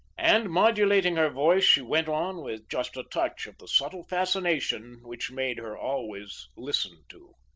and modulating her voice, she went on, with just a touch of the subtle fascination which made her always listened to